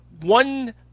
one –